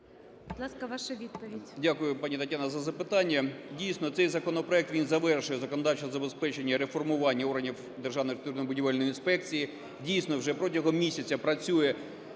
Дякую, пані Тетяна, за запитання. Дійсно, цей законопроект, він завершує законодавче забезпечення і реформування органів Державної архітектурно-будівельної інспекції. Дійсно, вже протягом місяця працює